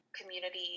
community